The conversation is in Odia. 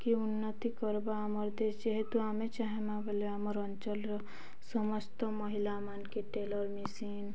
କି ଉନ୍ନତି କର୍ବା ଆମର ଦେଶ ଯେହେତୁ ଆମେ ଚାହିଁମା ବଲେ ଆମର ଅଞ୍ଚଳର ସମସ୍ତ ମହିଳାମାନକେ ଟେଲର୍ ମିେସିନ୍